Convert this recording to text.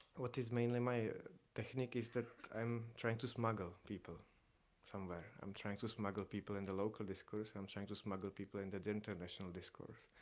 what is mainly my technique is that i'm trying to smuggle people somewhere. i'm trying to smuggle people in the local discourse, i'm trying to smuggle people in the international discourse.